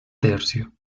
tercio